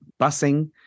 busing